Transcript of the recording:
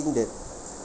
that